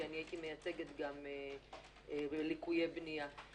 כי הייתי מייצגת גם ליקויי בנייה,